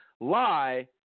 lie